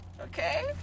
Okay